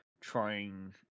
trying